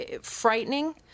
frightening